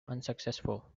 unsuccessful